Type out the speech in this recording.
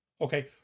okay